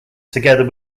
together